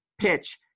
PITCH